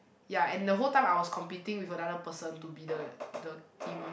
ya and the whole time I was competing with another person to be the the team